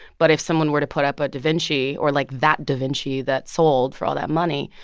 but if someone were to put up a da vinci or, like, that da vinci that sold for all that money,